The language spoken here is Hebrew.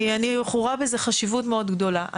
אני רואה בזה חשיבות מאוד גדולה.